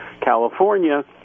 California